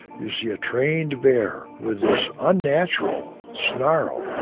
you see a trained bear with this unnatural snarl.